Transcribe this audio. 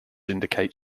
indicate